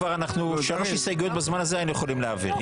כבר שלוש הסתייגויות בזמן הזה היינו יכולים להעביר.